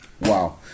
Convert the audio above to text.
wow